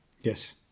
Yes